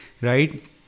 right